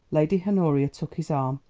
lady honoria took his arm.